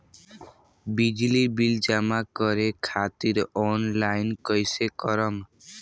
बिजली बिल जमा करे खातिर आनलाइन कइसे करम?